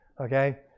Okay